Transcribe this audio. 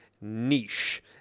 niche